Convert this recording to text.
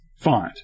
font